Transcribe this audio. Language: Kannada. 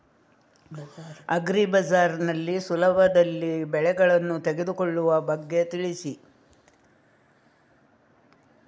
ಅಗ್ರಿ ಬಜಾರ್ ನಲ್ಲಿ ಸುಲಭದಲ್ಲಿ ಬೆಳೆಗಳನ್ನು ತೆಗೆದುಕೊಳ್ಳುವ ಬಗ್ಗೆ ತಿಳಿಸಿ